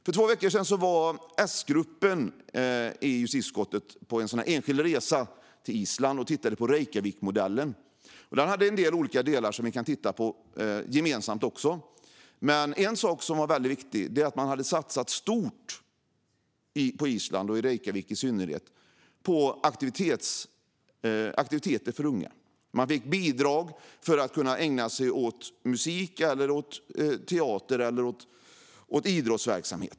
För två veckor sedan var justitieutskottets S-grupp på en enskild resa på Island för att titta på Reykjavikmodellen. Den bestod av några olika delar, som vi kan titta gemensamt på. En väldigt viktig sak var dock att man på Island och i synnerhet i Reykjavik hade satsat stort på aktiviteter för unga. Man fick ett riktat bidrag för att kunna ägna sig åt musik, teater eller idrott.